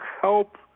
help